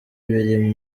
biri